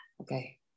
Okay